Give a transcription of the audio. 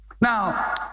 now